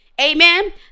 Amen